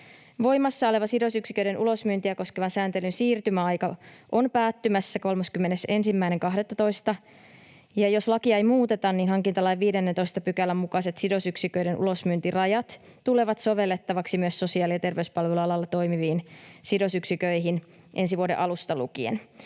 Voimassa oleva sidosyksiköiden ulosmyyntiä koskevan sääntelyn siirtymäaika on päättymässä 31.12., ja jos lakia ei muuteta, niin hankintalain 15 §:n mukaiset sidosyksiköiden ulosmyyntirajat tulevat sovellettavaksi myös sosiaali- ja terveyspalvelualalla toimiviin sidosyksiköihin ensi vuoden alusta lukien.